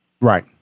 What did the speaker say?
Right